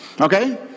okay